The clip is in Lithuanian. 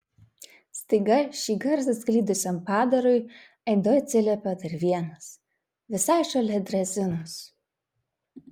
staiga šį garsą skleidusiam padarui aidu atsiliepė dar vienas visai šalia drezinos